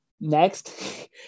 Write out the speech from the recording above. Next